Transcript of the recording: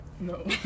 No